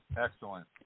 Excellent